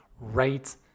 right